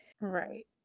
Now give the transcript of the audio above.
right